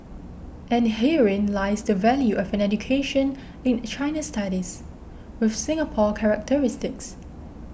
and herein lies the value of an education in China studies with Singapore characteristics